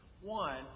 One